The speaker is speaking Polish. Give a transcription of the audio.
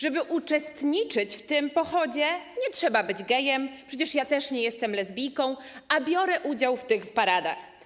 Żeby uczestniczyć w tym pochodzie, nie trzeba być gejem, przecież ja też nie jestem lesbijką, a biorę udział w tych paradach.